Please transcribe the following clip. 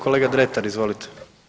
Kolega Dretar, izvolite.